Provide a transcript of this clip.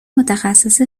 متخصص